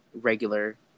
regular